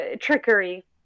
trickery